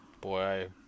Boy